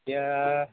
এতিয়া